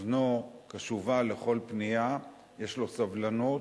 אוזנו קשובה לכל פנייה, יש לו סבלנות,